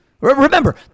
Remember